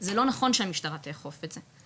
זה לא נכון שהמשטרה תאכוף את זה,